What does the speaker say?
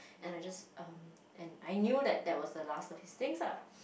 and I just um and I knew that that was the last of his things lah